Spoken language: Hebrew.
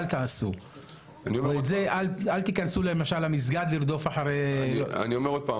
אמרו לכם למשל לא להיכנס למסגד ולרדוף אחרי --- אני אומר שוב,